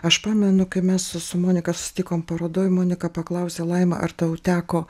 aš pamenu kai mes su monika susitikom parodoj monika paklausė laima ar tau teko